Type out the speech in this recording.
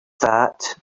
that